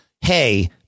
hey